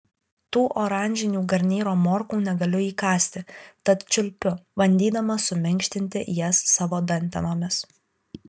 tų oranžinių garnyro morkų negaliu įkąsti tad čiulpiu bandydama suminkštinti jas savo dantenomis